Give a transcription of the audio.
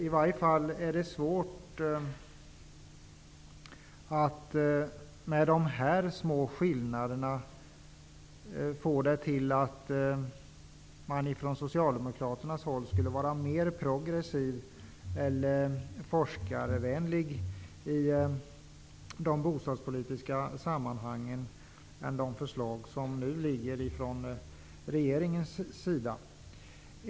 I varje fall är det svårt att, med tanke på de små skillnaderna, få det till att man från socialdemokratiskt håll skulle vara mer progressiv eller forskarvänlig i de bostadspolitiska sammanhangen än regeringen.